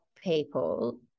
people